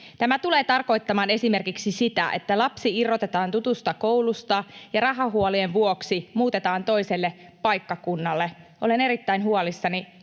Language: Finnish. Tämä tulee tarkoittamaan esimerkiksi sitä, että lapsi irrotetaan tutusta koulusta ja rahahuolien vuoksi muutetaan toiselle paikkakunnalle. Olen erittäin huolissani koulujen